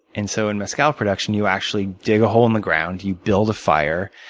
and so in mezcal production, you actually dig a hole in the ground. you build a fire.